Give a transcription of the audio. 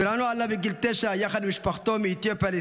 ברהנו עלה בגיל תשע יחד עם משפחתו מאתיופיה לישראל,